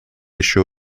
еще